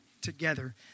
together